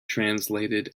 translated